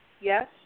yes